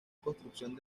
construcción